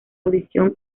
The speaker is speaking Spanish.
audición